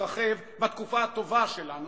התרחב בתקופה הטובה שלנו.